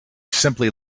simply